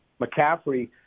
McCaffrey